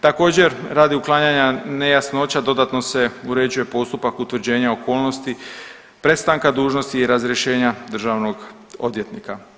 Također radi uklanjanja nejasnoća dodatno se uređuje postupak utvrđenja okolnosti prestanka dužnosti i razrješenja državnog odvjetnika.